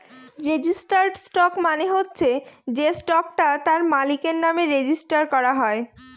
registered stock মানে হচ্ছে সে স্টকটা তার মালিকের নামে রেজিস্টার করা হয়